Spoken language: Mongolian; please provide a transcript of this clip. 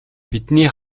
бидний